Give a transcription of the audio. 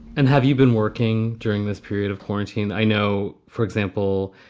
and have you been working during this period of quarantine? i know. for example,